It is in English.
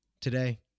today